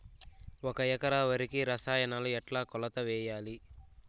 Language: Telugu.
ఒక ఎకరా వరికి రసాయనాలు ఎట్లా కొలత వేయాలి?